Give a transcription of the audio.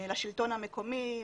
לשלטון המקומי,